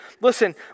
Listen